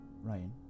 Ryan